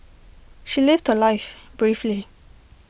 she lived her life bravely